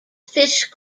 fish